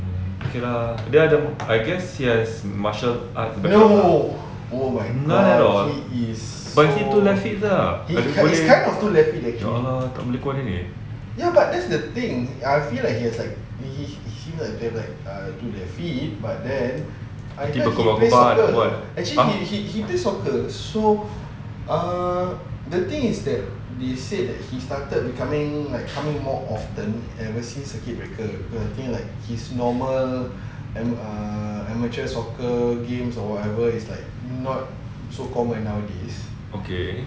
okay lah dia ada I guess yes martial art not at all but he two left feet tak !alah! tak boleh coordinate okay